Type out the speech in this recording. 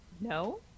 No